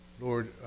Lord